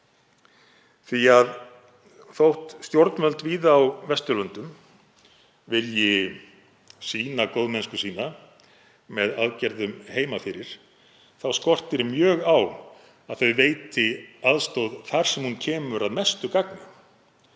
því að þótt stjórnvöld víða á Vesturlöndum vilji sýna góðmennsku sína með aðgerðum heima fyrir þá skortir mjög á að þau veiti aðstoð þar sem hún kemur að mestu gagni.